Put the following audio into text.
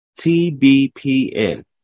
TBPN